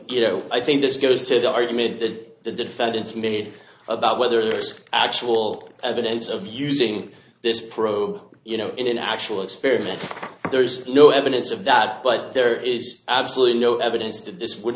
you know i think this goes to the argument that the defendants made about whether there's actual evidence of using this probe you know in an actual experiment there's no evidence of that but there is absolutely no evidence that this would